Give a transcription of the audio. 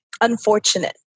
unfortunate